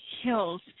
hills